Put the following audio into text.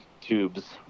tubes